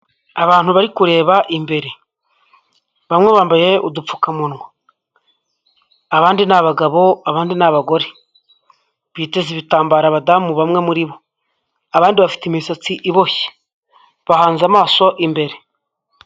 Abantu bari kureba imbere, bamwe bambaye upfukamunwa, abandi ni abagabo, abandi ni abagore biteze ibitambaro abadamu bamwe muri bo abandi bafite imisatsi bahanze amaso imbere.